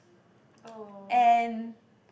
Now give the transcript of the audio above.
and